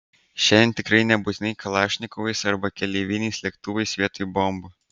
šiandien tikrai nebūtinai kalašnikovais arba keleiviniais lėktuvais vietoj bombų